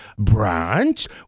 brunch